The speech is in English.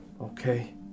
Okay